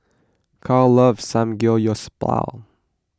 Karl loves Samgyeopsal